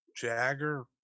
Jagger